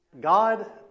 God